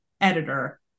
editor